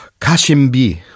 Kashimbi